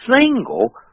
single